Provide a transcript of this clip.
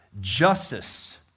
Justice